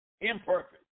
Imperfect